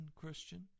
Christian